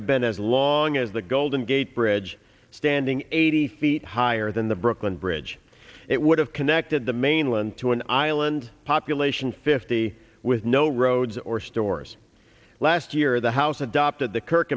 have been as long as the golden gate bridge standing eighty feet higher than the brooklyn bridge it would have connected the mainland to an island population fifty with no roads or stores last year the house adopted the kirk